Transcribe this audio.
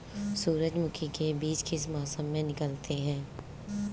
सूरजमुखी में बीज किस मौसम में निकलते हैं?